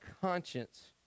conscience